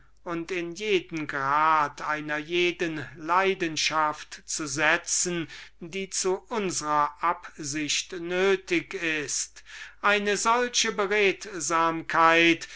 und in jeden grad einer jeden leidenschaft zu setzen die zu unsrer absicht nötig ist eine solche